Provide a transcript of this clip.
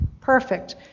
Perfect